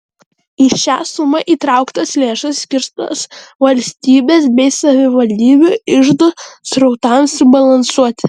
į šią sumą įtrauktos lėšos skirtos valstybės bei savivaldybių iždų srautams subalansuoti